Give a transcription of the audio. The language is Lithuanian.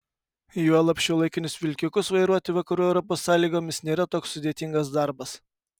juolab šiuolaikinius vilkikus vairuoti vakarų europos sąlygomis nėra toks sudėtingas darbas